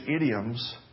idioms